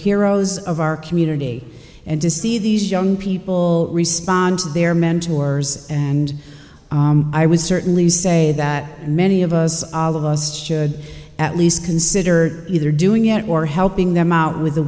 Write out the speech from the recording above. heroes of our community and to see these young people respond to their mentors and i would certainly say that many of us all of us should at least consider either doing it or helping them out with the